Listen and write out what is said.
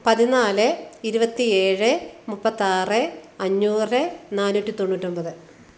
പതിനാല് ഇരുപത്തി ഏഴ് മുപ്പത്താറ് അഞ്ഞൂറ് നാനൂറ്റി തൊണ്ണൂറ്റി ഒൻപത്